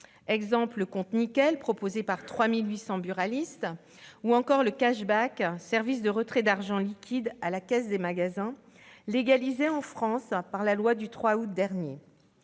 exemple le Compte-Nickel, proposé par 3 800 buralistes, ou encore le, service de retrait d'argent liquide à la caisse des magasins, légalisé en France depuis la loi du 3 août dernier.